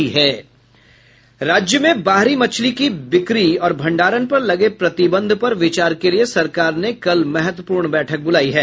राज्य में बाहरी मछली की बिक्री और भंडारण पर लगे प्रतिबंध पर विचार के लिए सरकार ने कल महत्वपूर्ण बैठक बुलायी है